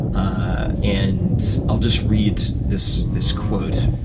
ah and i'll just read this this quote,